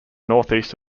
northeast